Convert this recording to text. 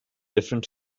different